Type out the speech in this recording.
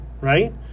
right